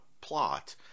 plot